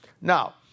Now